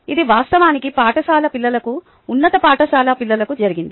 ఇది వాస్తవానికి పాఠశాల పిల్లలకు ఉన్నత పాఠశాల పిల్లలకు జరిగింది